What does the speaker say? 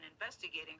investigating